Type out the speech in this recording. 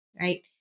right